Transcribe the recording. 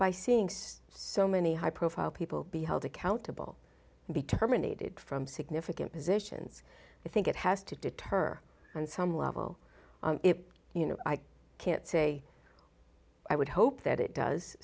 by seeing says so many high profile people be held accountable and be terminated from significant positions i think it has to deter on some level you know i can't say i would hope that it does